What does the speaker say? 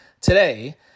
today